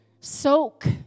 soak